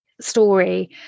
story